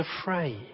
afraid